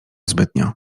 zbytnio